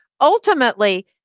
ultimately